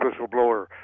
whistleblower